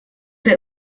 der